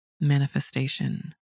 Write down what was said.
manifestation